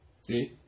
See